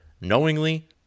knowingly